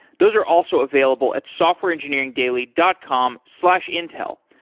those are also available at softwareengineeringdaily dot com slash intel.